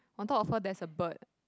on top of her there's a bird